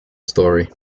story